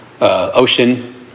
ocean